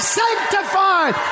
sanctified